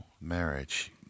marriage